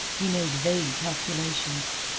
he made vague calculations.